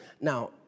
Now